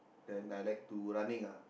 then I like to running ah